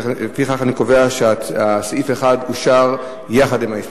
לפיכך, אני קובע שסעיף 1 אושר יחד עם ההסתייגות.